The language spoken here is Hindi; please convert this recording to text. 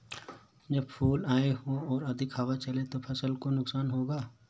जब फूल आए हों और अधिक हवा चले तो फसल को नुकसान होगा?